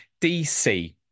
DC